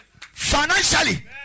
Financially